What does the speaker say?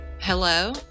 Hello